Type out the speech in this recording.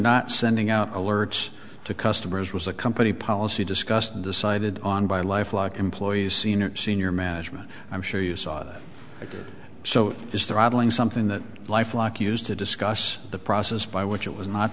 not sending out alerts to customers was a company policy discussed decided on by lifelike employees senior senior management i'm sure you saw it ok so is there idling something that life lock used to discuss the process by which it was not